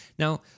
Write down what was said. Now